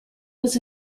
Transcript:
was